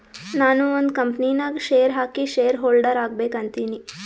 ನಾನು ಒಂದ್ ಕಂಪನಿ ನಾಗ್ ಶೇರ್ ಹಾಕಿ ಶೇರ್ ಹೋಲ್ಡರ್ ಆಗ್ಬೇಕ ಅಂತೀನಿ